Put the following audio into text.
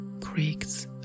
creaks